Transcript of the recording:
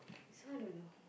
this one I don't know